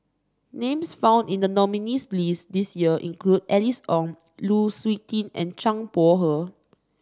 names found in the nominees' list this year include Alice Ong Lu Suitin and Zhang Bohe